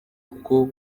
kuko